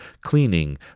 cleaning